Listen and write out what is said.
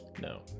No